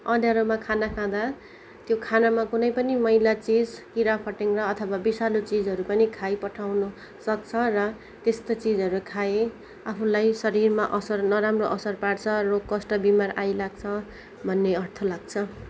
अँध्यारोमा खाना खाँदा त्यो खानामा कुनै पनि मैला चिज किराफटेङ्ग्रा अथवा विषालु चिजहरू पनि खाइपठाउनु सक्छ र त्यस्तो चिजहरू खाए आफूलाई शरीरमा असर नराम्रो असर पार्छ रोग कष्ट बिमार आइलाग्छ भन्ने अर्थ लाग्छ